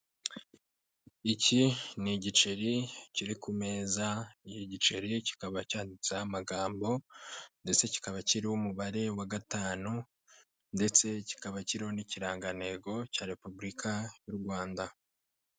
Iki ni igiceri kiri ku meza, iki giceri kikaba cyanditse amagambo ndetse kikaba kiriho umubare wa gatanu ndetse kikaba kiriho n'ikirangantego cya repubulika y'u Rwanda.